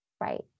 Right